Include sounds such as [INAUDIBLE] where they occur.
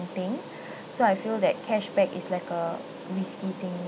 thing [BREATH] so I feel that cashback is like a risky thing